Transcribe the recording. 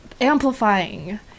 amplifying